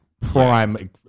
prime